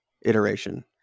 iteration